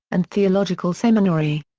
and theological seminary.